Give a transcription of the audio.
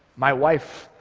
my wife